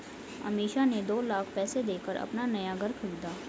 अमीषा ने दो लाख पैसे देकर अपना नया घर खरीदा